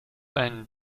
ein